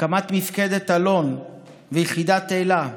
הקמת מפקדת אלון ויחידת אלה,